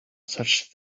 such